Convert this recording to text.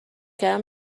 کردم